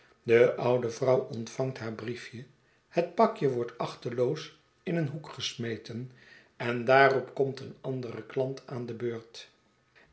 de oude vrouw ontvangt haar briefje het pakje wordt achteloos in een hoek gesmeten en daarop komt een andere klant aan de beurt